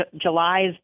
July's